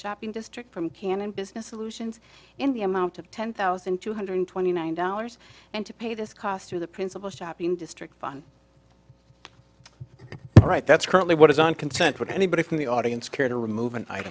shopping district from canon business solutions in the amount of ten thousand two hundred twenty nine dollars and to pay this cost through the principal shopping district fun right that's currently what design concerns would anybody from the audience care to remove an i